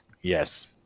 Yes